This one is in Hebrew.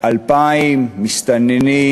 2,000 מסתננים,